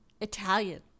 Italian